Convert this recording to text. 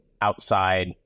outside